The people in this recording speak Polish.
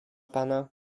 pana